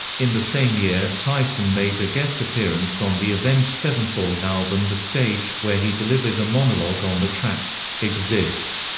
in the same year, tyson made a guest appearance on the avenged sevenfold album the stage, where he delivered a monolog on the track exist.